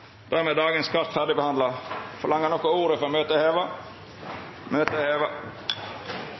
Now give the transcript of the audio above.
Dermed er dagens kart ferdigbehandla. Ber nokon om ordet før møtet vert heva? – Møtet er heva.